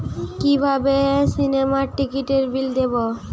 কিভাবে সিনেমার টিকিটের বিল দেবো?